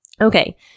Okay